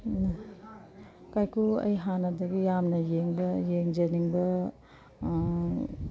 ꯑꯗꯨꯅ ꯀꯥꯏꯀꯨ ꯑꯩ ꯍꯥꯟꯅꯗꯒꯤ ꯌꯥꯝꯅ ꯌꯦꯡꯕ ꯌꯦꯡꯖꯅꯤꯡꯕ